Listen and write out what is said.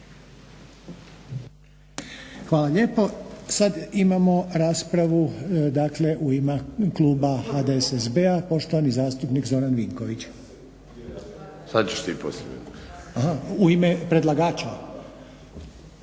Hvala lijepo. Sad imamo raspravu dakle u ime kluba HDSSB-a, poštovani zastupnik Zoran Vinković. Aha u ime predlagača.